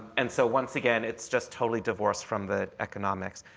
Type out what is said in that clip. and so once again, it's just totally divorced from the economics.